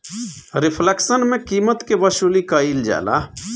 reflection में कीमत के वसूली कईल जाला